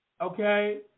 Okay